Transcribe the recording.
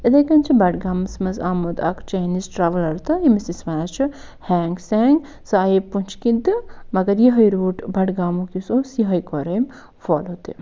یِتھَے کٔنۍ چھِ بڈگامَس منٛز آمُت اکھ چٮ۪نیٖز ٹرٛٮ۪ولر تہٕ ییٚمِس أسۍ وَنان چھِ ہٮ۪نٛگ سٮ۪نٛگ سُہ آیے پُنچ کِنۍ مَگر یِہوٚے روٗٹ بڈگامُک یُس اوس یِہوٚے کوٚر أمۍ فالو تہِ